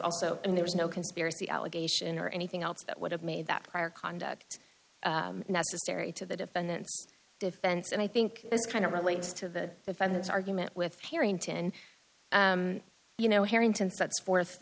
also and there was no conspiracy allegation or anything else that would have made that prior conduct necessary to the defendant's defense and i think those kind of relates to the defendant's argument with harrington you know harrington sets forth